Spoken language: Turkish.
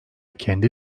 kendi